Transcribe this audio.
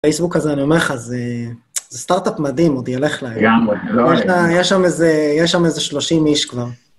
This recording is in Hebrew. פייסבוק הזה, אני אומר לך, זה סטארט-אפ מדהים, עוד ילך להם. לגמרי. יש שם איזה 30 איש כבר.